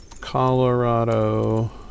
colorado